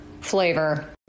flavor